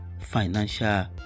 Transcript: financial